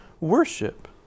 worship